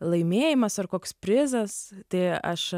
laimėjimas ar koks prizas tai aš